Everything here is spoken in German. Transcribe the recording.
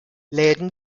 läden